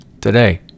today